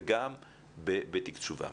וגם בתקצובם.